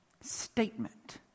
statement